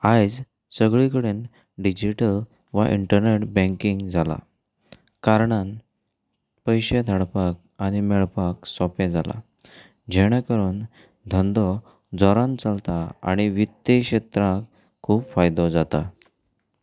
आयज सगळी कडेन डिजिटल वा इंटनॅट बँकींग ड जालां कारणान पयशे धाडपाक आनी मेळपाक सोंपें जालां जेणे करून धंदो जोरान चलता आनी वित्ते क्षेत्रां खूब फायदो जाता